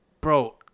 bro